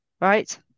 right